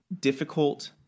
difficult